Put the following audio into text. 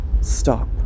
stop